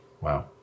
Wow